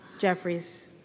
Jeffries